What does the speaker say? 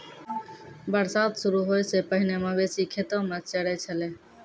बरसात शुरू होय सें पहिने मवेशी खेतो म चरय छलै